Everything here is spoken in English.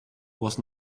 was